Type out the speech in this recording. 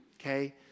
okay